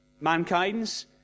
Mankind's